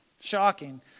shocking